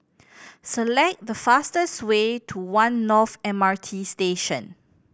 select the fastest way to One North M R T Station